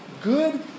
good